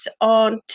on